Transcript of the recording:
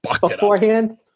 beforehand